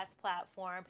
platform